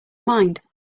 mind